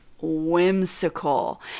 whimsical